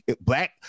black